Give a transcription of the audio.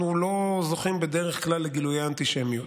אנחנו לא זוכים בדרך כלל לגילויי אנטישמיות.